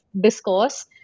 discourse